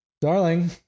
Darling